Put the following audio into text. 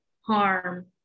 harm